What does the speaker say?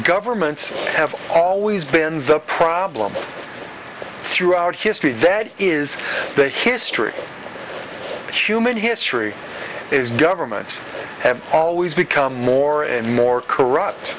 governments have always been the problem throughout history that is the history of human history is governments have always become more and more corrupt